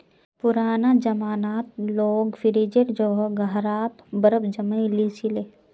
पुराना जमानात लोग फ्रिजेर जगह घड़ा त बर्फ जमइ ली छि ले